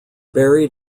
buried